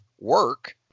work